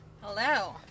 Hello